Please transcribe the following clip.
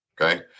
Okay